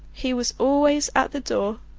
he was always at the door,